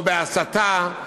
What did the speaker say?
או בהסתה,